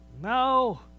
No